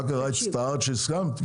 מה קרה, הצטערת שהסכמת?